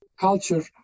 culture